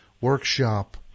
workshop